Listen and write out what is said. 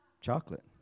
chocolate